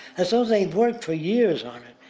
as though they'd worked for years on it.